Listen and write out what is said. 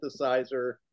synthesizer